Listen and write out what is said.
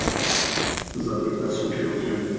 so is that if that's okay with you?